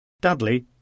Dudley